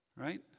right